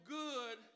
good